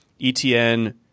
ETN